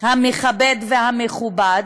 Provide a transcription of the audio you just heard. המכבד והמכובד,